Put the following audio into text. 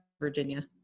Virginia